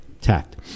tact